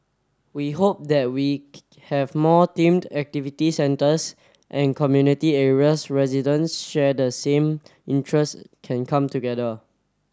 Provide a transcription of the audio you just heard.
we hope that we have more themed activity centres and community areas residents share the same interest can come together